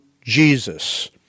Jesus